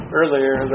earlier